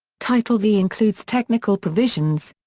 title v includes technical provisions.